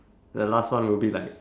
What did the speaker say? the last one would be like